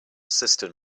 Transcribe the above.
cistern